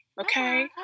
okay